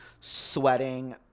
sweating